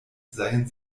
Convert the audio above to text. seien